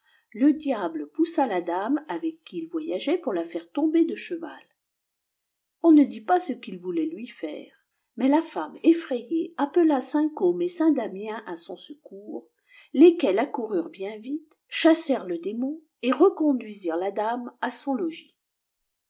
le diable poussa la dame avec qui il voyageait pour la faire tomber de cheval on ne dit pas ce qu'il voulait lui faire mais la femme effiray appela saint côme et saint damien à son secours lesquels accoururent bien vite chassèrent le démon et reconduisirent la dame à son logis